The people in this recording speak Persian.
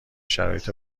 شرایط